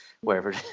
wherever